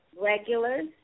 regulars